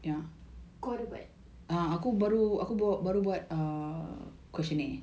kau ada buat